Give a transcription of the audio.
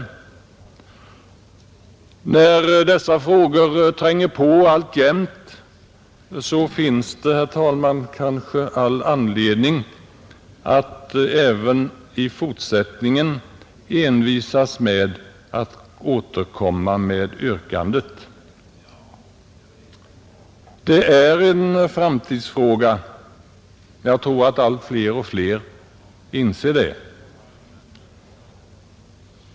När dessa frågor alltjämt tränger på finns det, herr talman, all anledning att även i fortsättningen envisas med att återkomma med yrkandet. Det är en framtidsfråga — jag tror att fler och fler inser det.